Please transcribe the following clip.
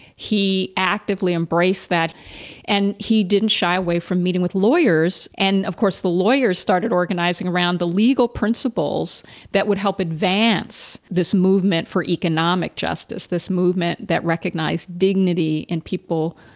he actively embrace that and he didn't shy away from meeting with lawyers. and of course, the lawyer started organizing around the legal principles that would help advance this movement for economic justice, this movement that recognize dignity in people,